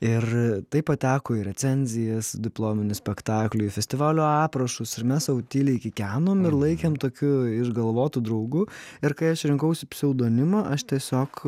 ir tai pateko į recenzijas diplominių spektaklių į festivalio aprašus ir mes sau tyliai kikenom ir laikėm tokiu išgalvotu draugu ir kai aš rinkausi pseudonimą aš tiesiog